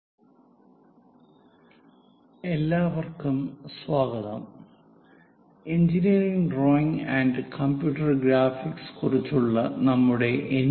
conic sections - VI എല്ലാവർക്കും സ്വാഗതം engineering drawing and computer graphics കുറിച്ചുള്ള നമ്മുടെ എൻ